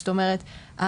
זאת אומרת,